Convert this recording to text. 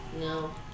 No